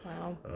Wow